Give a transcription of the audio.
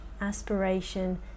aspiration